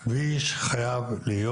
הכביש חייב להיות.